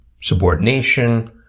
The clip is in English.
subordination